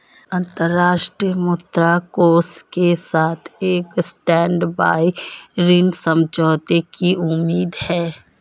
अंतर्राष्ट्रीय मुद्रा कोष के साथ एक स्टैंडबाय ऋण समझौते की उम्मीद है